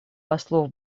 послов